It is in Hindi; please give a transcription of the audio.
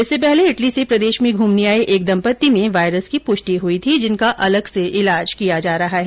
इससे पहले इटली से प्रदेश में घ्मने आये एक दम्पत्ति में वायरस की पुष्टि हुई थी जिनका अलग से ईलाज किया जा रहा है